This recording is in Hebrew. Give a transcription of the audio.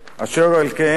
אשר על כן,